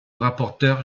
rapporteur